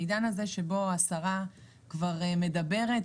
בעידן שבו השרה כבר מדברת,